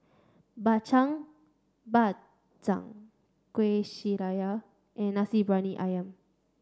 Bak Chang Bak Kueh Syara and Nasi Briyani Ayam